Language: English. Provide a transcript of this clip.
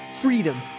freedom